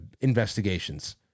investigations